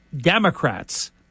Democrats